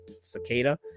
Cicada